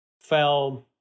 fell